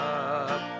up